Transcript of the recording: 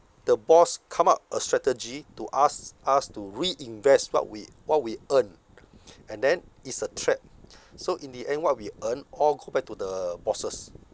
the boss come up a strategy to ask us to reinvest what we what we earn and then it's a trap so in the end what we earn all go back to the bosses